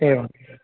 एवं